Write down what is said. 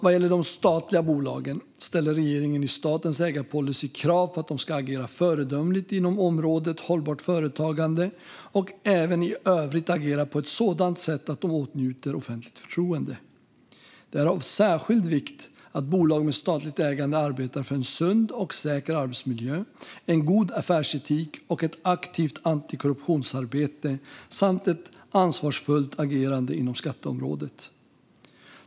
Vad gäller de statliga bolagen ställer regeringen i statens ägarpolicy krav på att de ska agera föredömligt inom området hållbart företagande och även i övrigt agera på ett sådant sätt att de åtnjuter offentligt förtroende. Det är av särskild vikt att bolag med statligt ägande arbetar för en sund och säker arbetsmiljö, en god affärsetik och ett aktivt antikorruptionsarbete samt ett ansvarsfullt agerande inom skatteområdet.